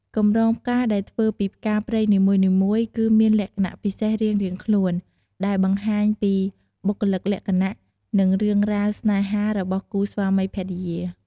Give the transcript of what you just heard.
កម្រងផ្កាដែលធ្វើពីផ្កាព្រៃនីមួយៗ គឺមានលក្ខណៈពិសេសរៀងៗខ្លួន ដែលបង្ហាញពីបុគ្គលិកលក្ខណៈ និងរឿងរ៉ាវស្នេហារបស់គូស្វាមីភរិយា។